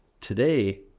Today